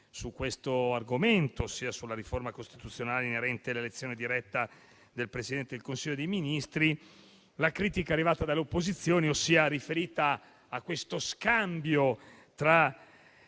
su questo argomento, la riforma costituzionale inerente all'elezione diretta del Presidente del Consiglio dei ministri, è arrivata dalle opposizioni, con riferimento allo scambio